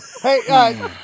Hey